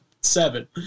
seven